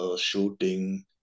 shooting